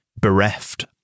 bereft